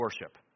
worship